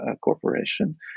corporation